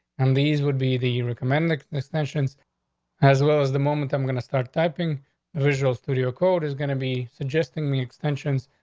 and these would be the recommended extension as well as the moment i'm gonna start typing original through your quote is gonna be suggesting the extensions,